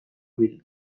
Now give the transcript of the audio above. bildu